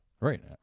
Right